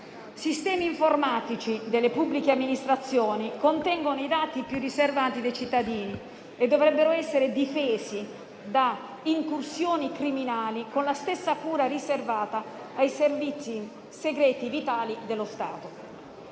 sistemi informatici delle pubbliche amministrazioni contengono i dati più riservati dei cittadini e dovrebbero essere difesi dalle incursioni criminali, con la stessa cura riservata ai servizi segreti vitali dello Stato.